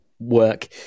work